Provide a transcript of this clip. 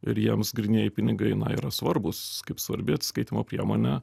ir jiems grynieji pinigai yra svarbūs kaip svarbi atsiskaitymo priemonė